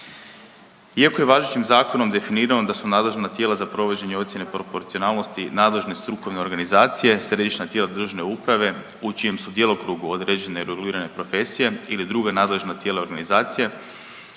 Iako je važećim zakonom definirano da su nadležna tijela za provođenje ocjene proporcionalnosti nadležne strukovne organizacije, središnja tijela državne uprave, u čijem su djelokrugu određene regulirane profesije ili druga nadležna tijela i organizacije,